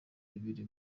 bibiri